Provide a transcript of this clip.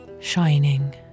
Shining